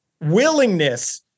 willingness